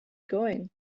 going